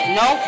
no